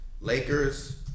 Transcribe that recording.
Lakers